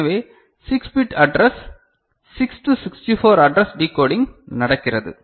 எனவே 6 bit address 6 to 64 address decoding நடக்கிறது